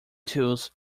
tools